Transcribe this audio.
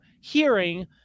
hearing